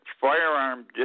firearm